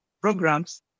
programs